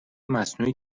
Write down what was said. مصنوعی